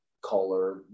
color